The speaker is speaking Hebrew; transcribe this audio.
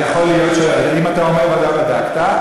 אם אתה אומר ודאי בדקת,